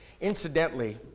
Incidentally